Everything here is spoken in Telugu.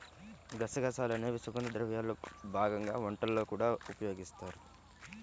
గసగసాలు అనేవి సుగంధ ద్రవ్యాల్లో భాగంగా వంటల్లో కూడా ఉపయోగిస్తారు